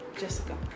jessica